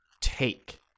take